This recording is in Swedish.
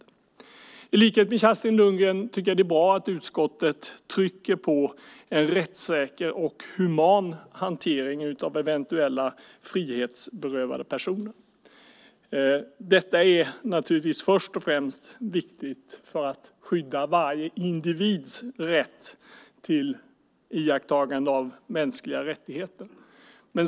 I likhet med Kerstin Lundgren tycker jag att det är bra att utskottet trycker på en rättssäker och human hantering av eventuella frihetsberövade personer. Detta är först och främst viktigt för att skydda varje individs rätt till iakttagande av mänskliga rättigheter.